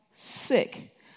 sick